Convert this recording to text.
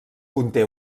conté